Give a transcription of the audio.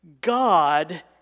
God